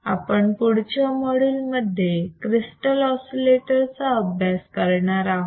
आपण पुढच्या मॉड्यूल मध्ये क्रिस्टल ऑसिलेटर चा अभ्यास करणार आहोत